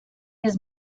his